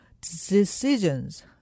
decisions